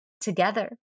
together